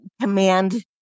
command